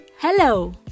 Hello